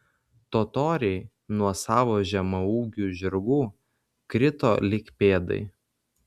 totoriai nuo savo žemaūgių žirgų krito lyg pėdai